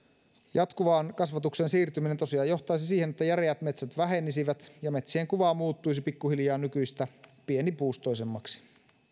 jatkuvaan kasvatukseen siirtyminen tosiaan johtaisi siihen että järeät metsät vähenisivät ja metsien kuva muuttuisi pikkuhiljaa nykyistä pienipuustoisemmaksi